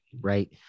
right